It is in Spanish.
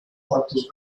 cuantos